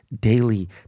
daily